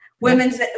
Women's